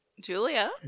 Julia